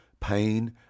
pain